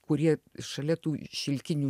kurie šalia tų šilkinių